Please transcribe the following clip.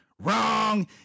Wrong